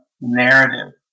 narrative